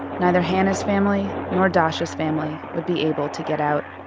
neither hana's family nor dasa's family would be able to get out.